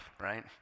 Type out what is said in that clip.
right